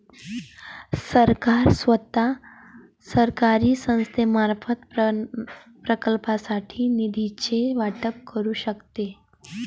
सरकार स्वतः, सरकारी संस्थांमार्फत, प्रकल्पांसाठी निधीचे वाटप करू शकते